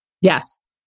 Yes